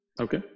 okay